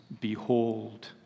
behold